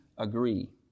Agree